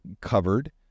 covered